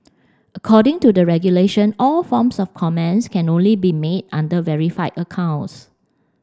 according to the regulation all forms of comments can only be made under verified accounts